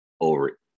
over